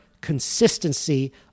consistency